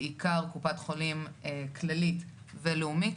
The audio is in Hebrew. בעיקר קופת חולים כללית ולאומית,